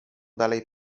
dalej